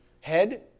head